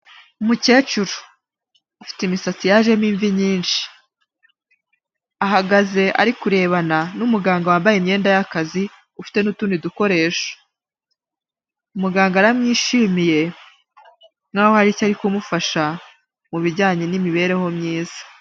Umukecuru afite imitsi yajemo imvi nyinshi, ahagaze ari kurebana n'umuganga wambaye imyenda y'akazi ufite n'utundi dukoresho, muganga aramwishimiye nkaho hari icyo kumufasha mu bijyanye n'imibereho myiza.